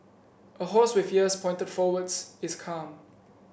a horse with ears pointed forwards is calm